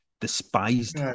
despised